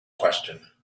question